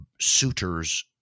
suitors